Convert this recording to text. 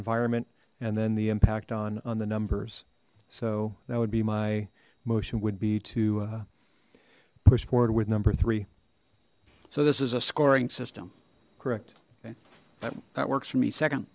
environment and then the impact on on the numbers so that would be my motion would be to push forward with number three so this is a scoring system correct okay that works for me second